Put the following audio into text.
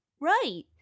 right